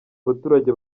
abaturage